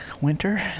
Winter